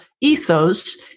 ethos